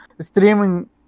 streaming